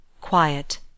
Quiet